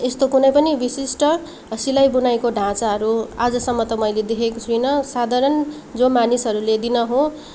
एस्तो कुनै पनि विशिष्ट सिलाई बुनाईको ढाँचाहरू आजसम्म त मैले देखेको छुइनँ साधारण जो मानिसहरूले दिनहुँ